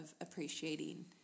appreciating